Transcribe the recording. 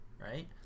right